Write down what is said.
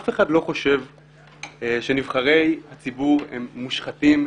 אף אחד לא חושב שנבחרי הציבור הם מושחתים,